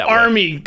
army